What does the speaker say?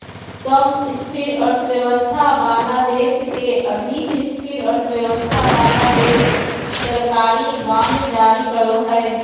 कम स्थिर अर्थव्यवस्था वाला देश के अधिक स्थिर अर्थव्यवस्था वाला देश सरकारी बांड जारी करो हय